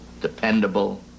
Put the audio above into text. dependable